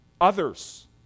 Others